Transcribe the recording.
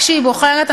כשהיא בוחרת,